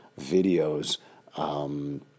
videos